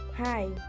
Hi